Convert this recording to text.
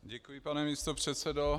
Děkuji, pane místopředsedo.